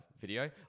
video